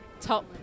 top